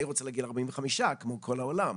אני רוצה להגיע ל-45 כמו כל העולם,